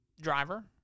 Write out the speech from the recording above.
driver